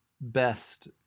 best